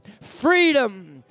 freedom